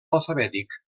alfabètic